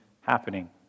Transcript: happening